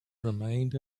remained